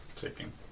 Taking